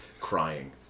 crying